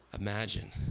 imagine